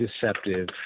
deceptive